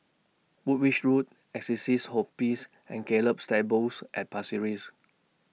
Woolwich Road Assisi's Hospice and Gallop Stables At Pasir Ris